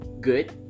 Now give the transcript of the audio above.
good